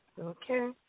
Okay